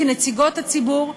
כנציגות הציבור,